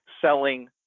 selling